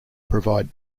provide